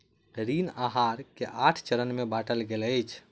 ऋण आहार के आठ चरण में बाटल गेल अछि